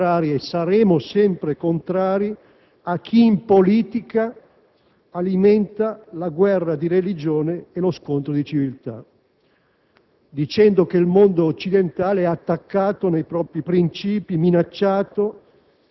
e sociali. Soprattutto, noi siamo e saremo sempre contrari a chi in politica alimenta la guerra di religione e lo scontro di civiltà,